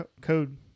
code